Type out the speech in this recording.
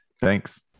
Thanks